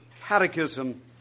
Catechism